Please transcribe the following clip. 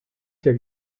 der